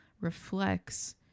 reflects